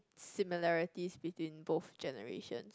similarities between both generations